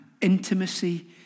intimacy